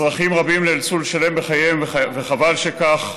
אזרחים רבים נאלצו לשלם בחיים, וחבל שכך,